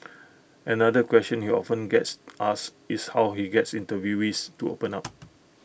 another question he often gets asked is how he gets interviewees to open up